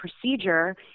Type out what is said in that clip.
procedure